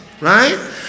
right